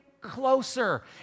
closer